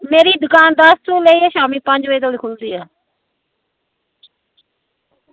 मेरी दुकान सबैह्रे पंज बजे कोला लेइयै शामीं पंज बजे धोड़ी खुल्लदी ऐ